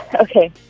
Okay